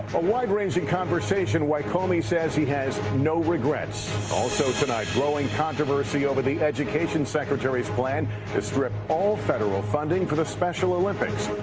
a wide-ranging conversation. why comey says he has no regrets. also tonight, growing controversy over the education secretary's plan to strip all federal funding for the special olympics.